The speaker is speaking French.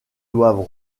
doivent